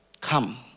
come